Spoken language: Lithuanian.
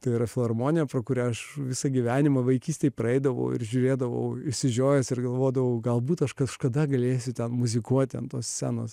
tai yra filharmonija pro kurią aš visą gyvenimą vaikystėje praeidavau ir žiūrėdavau išsižiojęs ir galvodavau galbūt aš kažkada galėsiu ten muzikuoti ant tos scenos